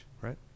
right